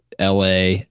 LA